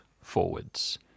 forwards